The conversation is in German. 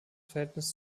verhältnis